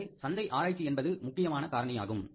எனவே சந்தை ஆராய்ச்சி என்பது முக்கியமான காரணி ஆகும்